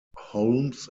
holmes